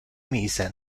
mise